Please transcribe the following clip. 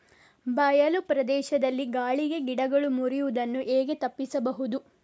ಬಯಲು ಪ್ರದೇಶದಲ್ಲಿ ಗಾಳಿಗೆ ಗಿಡಗಳು ಮುರಿಯುದನ್ನು ಹೇಗೆ ತಪ್ಪಿಸಬಹುದು?